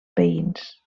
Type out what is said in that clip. veïns